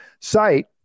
site